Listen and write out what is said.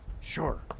Sure